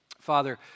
Father